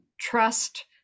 trust